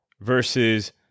versus